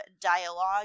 dialogue